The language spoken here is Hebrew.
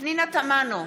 פנינה תמנו,